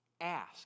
ask